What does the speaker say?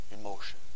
emotion